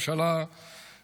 גם לממשלה ולקבינט